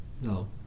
No